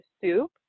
soup